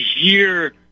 hear